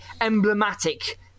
emblematic